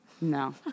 No